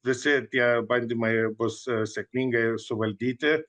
visi tie bandymai bus sėkmingai suvaldyti